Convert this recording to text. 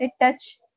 touch